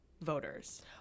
voters